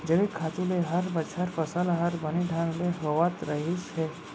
जैविक खातू ले हर बछर फसल हर बने ढंग ले होवत रहिस हे